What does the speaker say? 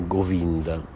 Govinda